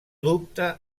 dubta